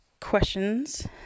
questions